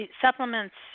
supplements